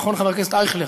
נכון, חבר הכנסת אייכלר?